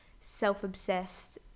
self-obsessed